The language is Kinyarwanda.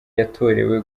yatorewe